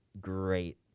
great